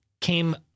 came